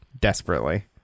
desperately